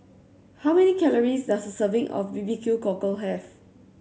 how many calories does a serving of B B Q Cockle have